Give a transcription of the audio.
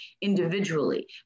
individually